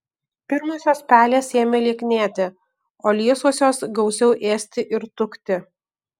pirmosios pelės ėmė lieknėti o liesosios gausiau ėsti ir tukti